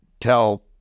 tell